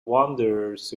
wanderers